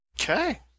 Okay